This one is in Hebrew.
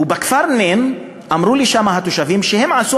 ובכפר נין אמרו לי התושבים שהם עשו